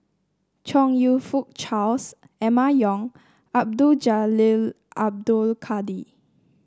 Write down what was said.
Chong You Fook Charles Emma Yong Abdul Jalil Abdul Kadir